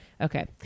Okay